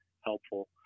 helpful